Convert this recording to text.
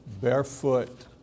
barefoot